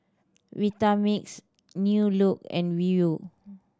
Vitamix New Look and Viu